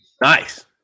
Nice